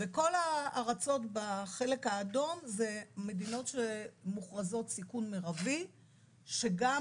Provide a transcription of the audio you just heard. כל הארצות בחלק האדום זה מדינות שמוכרזות סיכון מרבי שגם